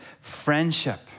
Friendship